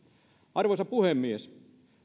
arvoisa puhemies